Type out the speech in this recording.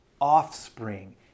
offspring